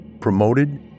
promoted